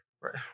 Right